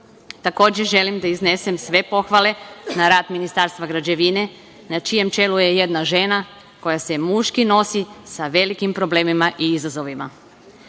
želim da iznesem sve pohvale na rad Ministarstva građevine, na čijem čelu je jedna žena koja se muški nosi sa veliki problemima i izazovima.